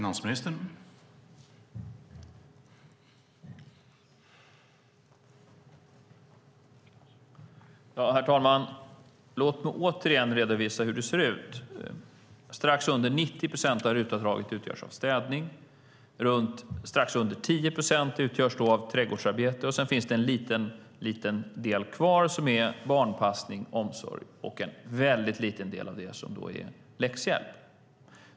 Herr talman! Låt mig återigen redovisa hur det ser ut. Strax under 90 procent av RUT-avdraget utgörs av städning. Strax under 10 procent utgörs av trädgårdsarbete, och sedan finns det en liten del kvar som är barnpassning och omsorg, och en liten del av det är i sin tur läxhjälp.